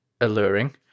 alluring